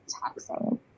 taxing